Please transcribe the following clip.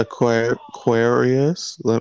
Aquarius